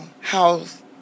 house